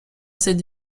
cette